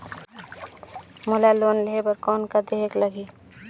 मोला लोन लेहे बर कौन का देहेक लगही?